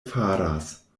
faras